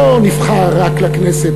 לא נבחר רק לכנסת.